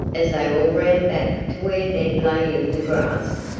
as they all ran back to where ned lay in the grass,